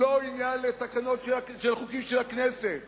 הוא לא עניין לתקנות של החוקים של הכנסת,